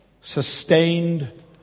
sustained